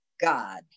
God